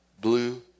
blue